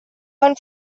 quan